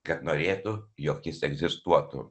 kad norėtų jog jis egzistuotų